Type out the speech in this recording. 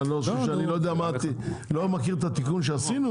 מה אתה חושב שאני לא מכיר את התיקון שעשינו?